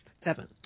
Seven